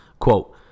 Quote